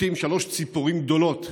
נוחתות שלוש ציפורים גדולות,